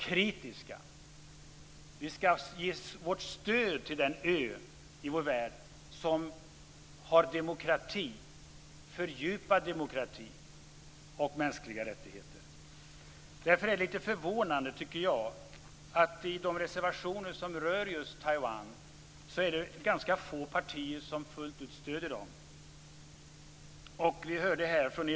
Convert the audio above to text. Vi skall ge vårt stöd till regimen på den ö där fördjupad demokrati och mänskliga rättigheter råder. Jag tycker därför att det är lite förvånande att det är ganska få partier som fullt ut stöder de reservationer som just rör Taiwan.